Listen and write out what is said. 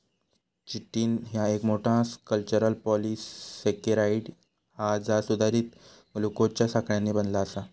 chitin ह्या एक मोठा, स्ट्रक्चरल पॉलिसेकेराइड हा जा सुधारित ग्लुकोजच्या साखळ्यांनी बनला आसा